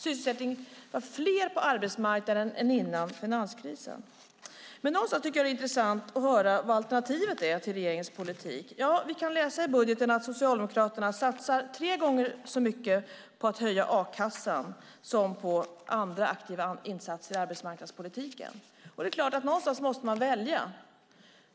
Det var fler på arbetsmarknaden än före finanskrisen. Jag tycker att det är intressant att höra vilket alternativet är till regeringens politik. Vi kan läsa i budgeten att Socialdemokraterna satsar tre gånger så mycket på att höja a-kassan som på andra aktiva insatser i arbetsmarknadspolitiken. Någonstans måste man välja.